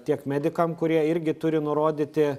tiek medikam kurie irgi turi nurodyti